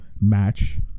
match